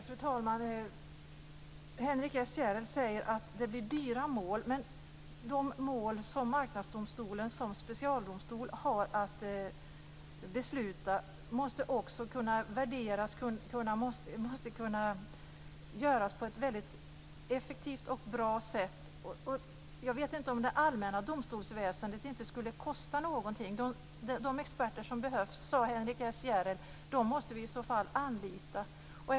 Fru talman! Henrik S Järrel säger att det blir dyra mål. Men de mål som Marknadsdomstolen som specialdomstol har att besluta i måste också kunna avgöras på ett väldigt effektivt och bra sätt. Jag vet inte om det allmänna domstolsväsendet inte skulle kosta någonting. De experter som behövs måste vi i så fall ändå anlita, som Henrik S Järrel sade.